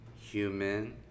human